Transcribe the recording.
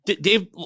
Dave